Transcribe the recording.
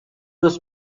was